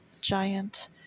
giant